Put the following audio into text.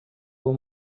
vou